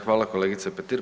Hvala kolegice Petir.